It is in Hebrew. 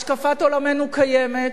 השקפת עולמנו קיימת,